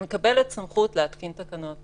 היא מקבלת סמכות להתקין תקנות,